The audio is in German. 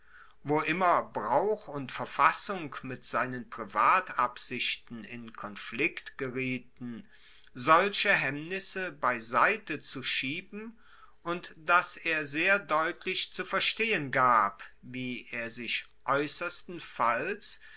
wo immer brauch und verfassung mit seinen privatabsichten in konflikt gerieten solche hemmnisse beiseite zu schieben und dass er sehr deutlich zu verstehen gab wie er sich aeussersten falls